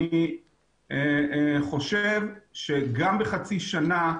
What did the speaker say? אני חושב שגם בחצי שנה,